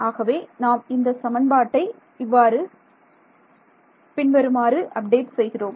ஆகவே நாம் இந்த சமன்பாட்டை இவ்வாறு பின்வருமாறு அப்டேட் செய்கிறோம்